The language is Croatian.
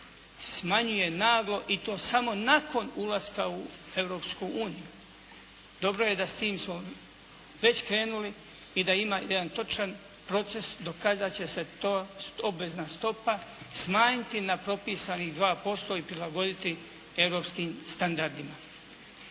smanjuje naglo i to samo nakon ulaska u Europsku uniju. Dobro je da sa tim smo već krenuli i da ima jedan točan proces do kada će se to obvezna stopa smanjiti na propisanih 2% i prilagoditi europskim standardima.